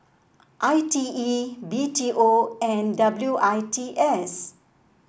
I T E B T O and W I T S